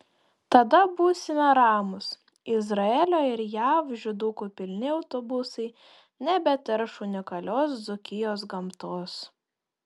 tada būsime ramūs izraelio ir jav žydukų pilni autobusai nebeterš unikalios dzūkijos gamtos